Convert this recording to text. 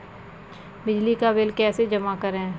बिजली का बिल कैसे जमा करें?